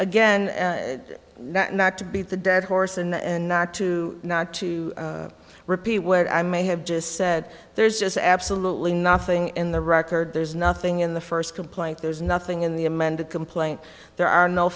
again not to beat the dead horse and not to not to repeat where i may have just said there's just absolutely nothing in the record there's nothing in the first complaint there's nothing in the amended complaint there are no